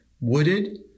wooded